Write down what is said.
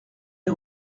est